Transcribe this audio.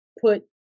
put